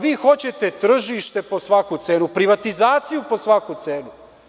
Vi hoćete tržište po svaku cenu, privatizaciju po svaku cenu.